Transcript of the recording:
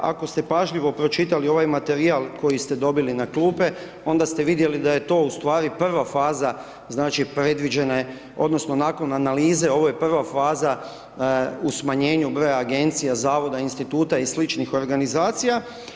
Ako ste pažljivo pročitali ovaj materijal koji ste dobili na klupe, onda ste vidjeli da je to ustvari prva faza, znači, predviđena je odnosno nakon analize ovo je prva faza u smanjenju broja Agencija, Zavoda, Instituta i sličnih organizacija.